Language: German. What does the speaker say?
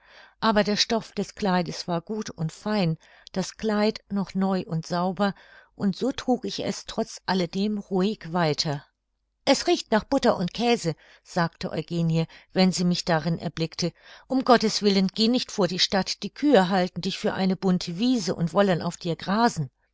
aber der stoff des kleides war gut und fein das kleid noch neu und sauber und so trug ich es trotz alledem ruhig weiter es riecht nach butter und käse sagte eugenie wenn sie mich darin erblickte um gottes willen geh nicht vor die stadt die kühe halten dich für eine bunte wiese und wollen auf dir grasen